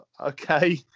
okay